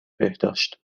بهداشت